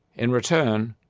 in return,